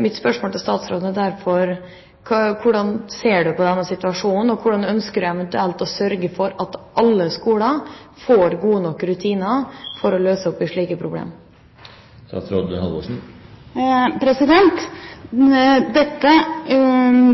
Mitt spørsmål til statsråden er derfor: Hvordan ser hun på denne situasjonen, og hvordan ønsker hun eventuelt å sørge for at alle skoler får gode nok rutiner for å løse opp i slike problemer?